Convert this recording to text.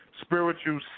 Spiritual